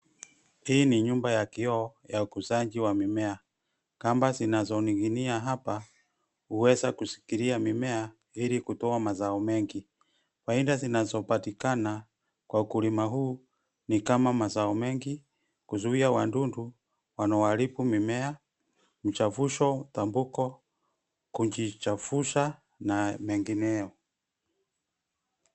Hii ni nyumba ya kioo, ya ukuzaji wa mimea. Kamba zinazoning'inia hapa, huweza kushikilia mimea, ili kutoa mazao mengi. Faida zinazopatikana, kwa kulima huu ni kama mazao mengi, kuzuia wadudu wanaoharibu mimea, mchafusho, tambuko, kujichafusha na mengineyo.